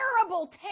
terrible